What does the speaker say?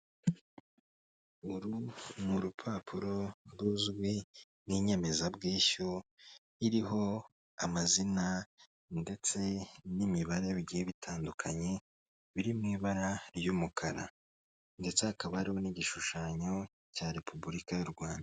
Uru ni urupapuro ruzwi nk'inyemezabwishyu iriho amazina ndetse n'imibare bigiye bitandukanye biri mu ibara ry'umukara ndetse hakaba hariho n'igishushanyo cya repubulika y'u Rwanda.